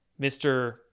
Mr